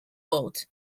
boat